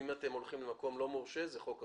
אם אתם הולכים למקום לא מורשה, זה חוק אחר.